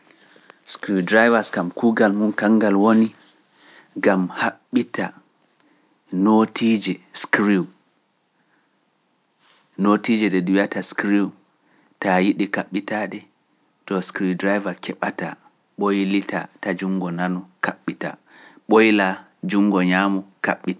Screwdrivers kam kuugal mum kangal woni gam haɓɓita nootiije screw. Nootiije ɗe ɗun wi'ata screw taa yiɗi kaɓɓitaa ɗe to screwdriver keɓata ɓoylita ta jungo nano kaɓɓitaa ɓoyla jungo ñaamo kaɓɓitaa.